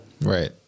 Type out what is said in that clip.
Right